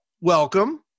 welcome